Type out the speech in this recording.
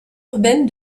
urbaine